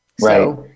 right